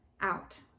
out